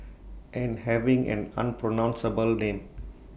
and having an unpronounceable name